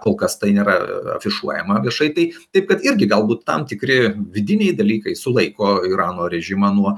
kol kas tai nėra afišuojama viešai tai taip pat irgi galbūt tam tikri vidiniai dalykai sulaiko irano režimą nuo